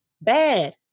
bad